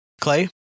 Clay